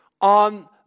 on